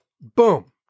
Boom